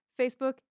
Facebook